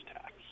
tax